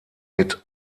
mit